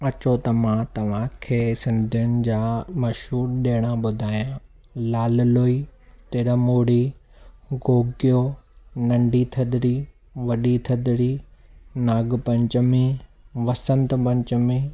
अचो त मां तव्हांखे सिंधियुनि जा मशहूरु ॾिणु ॿुधाया लाल लोई तिरमूरी गोगियो नंढी थधिड़ी वॾी थधिड़ी नागपंचमी वसंतपंचमी